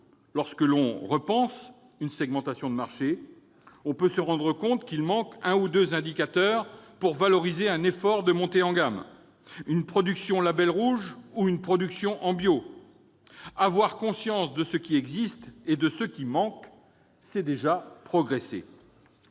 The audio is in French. lorsqu'on repense la segmentation d'un marché, on se rende parfois compte qu'il manque souvent un ou deux indicateurs pour valoriser un effort de montée en gamme, une production sous label rouge ou bio. Avoir conscience de ce qui existe et de ce qui manque, c'est déjà progresser.